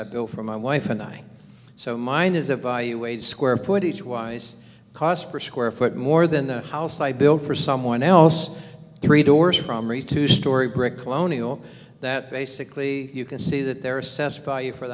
i go for my wife and i so mine is a value a square footage wise cost per square foot more than the house i built for someone else three doors from reed two story brick colonial that basically you can see that there assessed value for